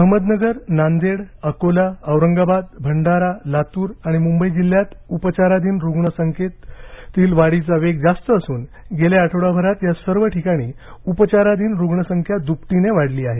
अहमदनगर नांदेड अकोला औरंगाबाद भंडारा लातूर आणि मुंबई जिल्ह्यात उपचाराधीन रुग्ण संख्येतील वाढीचा वेग जास्त असून गेल्या आठवडाभरात या सर्व ठिकाणी उपचाराधीन रुग्णसंख्या दुपटीने वाढली आहे